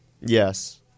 Yes